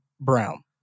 brown